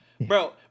Bro